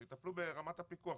שיטפלו ברמת הפיקוח.